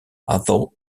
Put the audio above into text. although